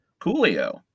coolio